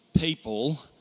people